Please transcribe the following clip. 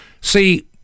See